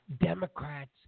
Democrats